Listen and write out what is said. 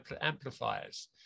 amplifiers